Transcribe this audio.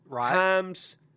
times